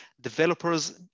developers